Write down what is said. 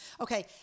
okay